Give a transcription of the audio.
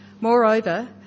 Moreover